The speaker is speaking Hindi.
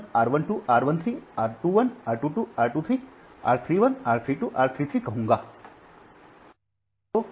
1 r 1 2 r 1 3 r 2 1 r 2 2 r 2 3 r3 1 r3 2 r3 3